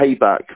payback